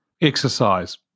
exercise